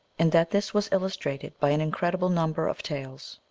and that this was illustrated by an incredible number of tales.